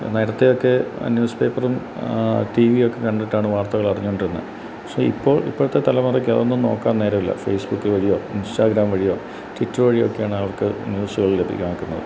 നേരത്തെയൊക്കെ ന്യൂസ് പേപ്പറും T V ഒക്കെ കണ്ടിട്ടാണ് വാർത്തകൾ അറിഞ്ഞോണ്ടിരുന്നത് പക്ഷേ ഇപ്പോൾ ഇപ്പോഴത്തെ തലമുറയ്ക്ക് അതൊന്നും നോക്കാൻ നേരമില്ല ഫേസ്ബുക് വഴിയോ ഇൻസ്റ്റാഗ്രാം വഴിയോ ട്വിറ്റർ വഴിയോക്കെ ആണ് ആൾക്ക് ന്യൂസുകൾ ലഭ്യമാക്കുന്നത്